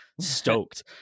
stoked